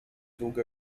długo